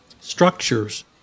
structures